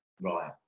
Right